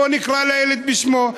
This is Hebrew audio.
בואו נקרא לילד בשמו.